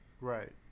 Right